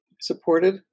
supported